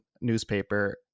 newspaper